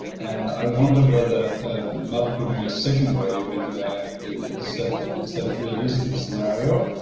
and i wonder whether not putting a second wave in there is ah is a realistic scenario.